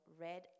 Red